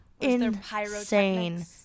insane